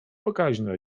pokaźna